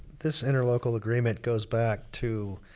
this interlocal agreement goes back to